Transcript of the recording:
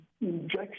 injection